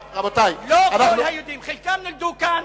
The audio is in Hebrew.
לא כל היהודים, חלקם נולדו כאן.